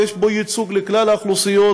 שיש בו ייצוג לכלל האוכלוסיות,